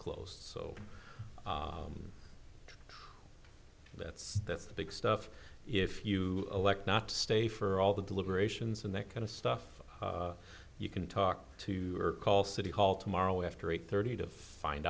so that's that's the big stuff if you elect not to stay for all the deliberations and that kind of stuff you can talk to or call city hall tomorrow after eight thirty to find